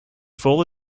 full